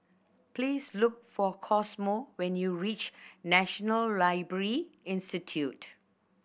please look for Cosmo when you reach National Library Institute